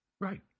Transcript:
Right